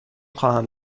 خواهم